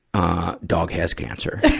ah, dog has cancer.